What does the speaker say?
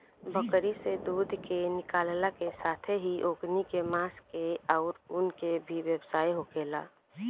बकरी से दूध के निकालला के साथेही ओकनी के मांस के आउर ऊन के भी व्यवसाय होखेला